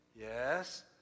Yes